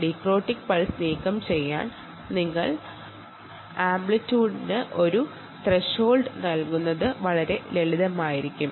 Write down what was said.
dicrotic pulse നീക്കംചെയ്യാൻ നിങ്ങൾ ആംപ്ലിറ്റ്യൂഡിന് ഒരു ത്രെഷോൾഡ് നൽകുന്നത് വളരെ നല്ലതായിരിക്കും